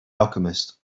alchemist